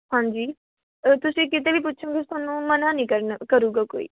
ਹਾਂਜੀ ਤੁਸੀਂ ਕਿਤੇ ਵੀ ਪੁਛੋਂਗੇ ਅਸੀਂ ਤੁਹਾਨੂੰ ਮਨਾਂ ਨਹੀਂ ਕਰਨਾ ਕਰੂਗਾ ਕੋਈ